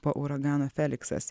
po uragano feliksas